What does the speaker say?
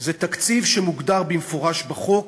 היא התקציב שמוגדר במפורש בחוק,